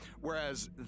Whereas